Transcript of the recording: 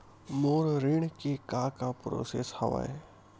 मोर ऋण के का का प्रोसेस हवय?